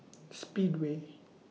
Speedway